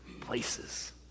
places